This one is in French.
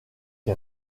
qui